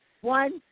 one